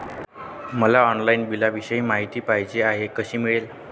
मला ऑनलाईन बिलाविषयी माहिती पाहिजे आहे, कशी मिळेल?